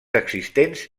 existents